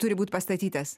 turi būt pastatytas